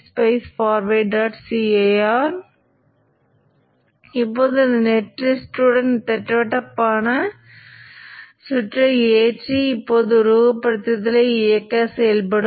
flux இந்த Faraday's சமன்பாட்டைப் பின்பற்றுகிறது ஃப்ளக்ஸ் காந்தமாக்கும் மின்னோட்டத்தைப் பின்பற்றுகிறது